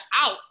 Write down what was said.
out